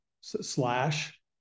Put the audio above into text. slash